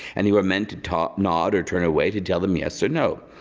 anywhere meant talk, nod, or turn away to tell them yes or no.